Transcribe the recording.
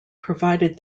provided